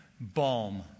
balm